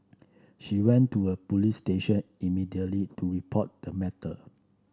she went to a police station immediately to report the matter